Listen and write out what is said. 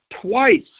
twice